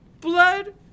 blood